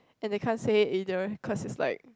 and they can't say it either cause it's like